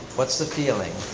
what's the feeling?